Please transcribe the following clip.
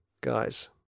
guys